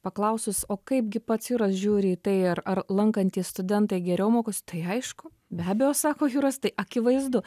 paklausus o kaip gi pats juras žiūri į tai ar ar lankantys studentai geriau mokosi tai aišku be abejo sako jūras tai akivaizdu